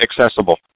accessible